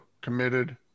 committed